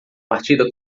partida